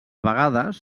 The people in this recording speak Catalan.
vegades